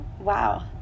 Wow